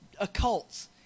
occults